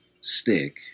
stick